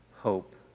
hope